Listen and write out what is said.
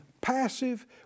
passive